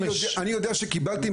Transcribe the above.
אני יודע,